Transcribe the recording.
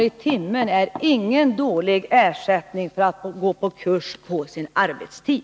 i timmen är ingen dålig ersättning för att gå på kurs på sin arbetstid.